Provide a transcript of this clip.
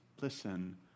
listen